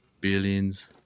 billions